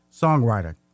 songwriter